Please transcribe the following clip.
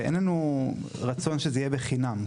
ואין לנו רצון שזה יהיה בחינם.